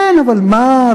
כן, אבל מה?